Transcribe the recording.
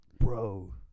Bro